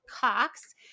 Cox